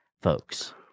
folks